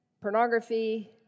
pornography